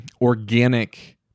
organic